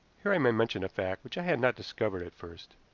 here i may mention a fact which i had not discovered at first.